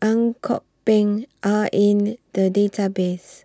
Ang Kok Peng Are in The Database